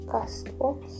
Castbox